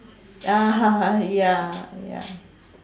ah ya ya